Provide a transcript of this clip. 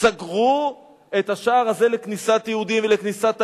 סגרו את השער הזה לכניסת יהודים ולכניסת תיירים.